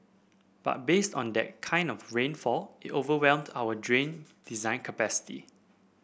but based on that kind of rainfall it overwhelmed our drain design capacity